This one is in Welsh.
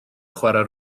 chwarae